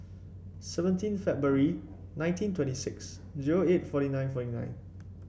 seventeen February nineteen twenty six zero eight forty nine forty nine